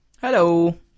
Hello